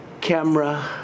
camera